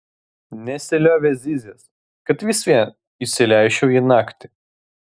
nesiliovė zyzęs kad vis vien įsileisčiau jį naktį